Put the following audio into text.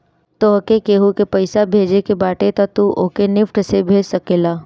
तोहके केहू के पईसा भेजे के बाटे तअ तू ओके निफ्ट से भेज सकेला